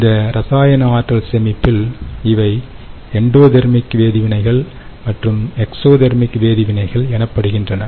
இந்த ரசாயன ஆற்றல் சேமிப்பில் இவை எண்டோதேர்மிக் வேதி வினைகள் மற்றும் எக்ஸோதெர்மிக் வேதி வினைகள் எனப்படுகின்றன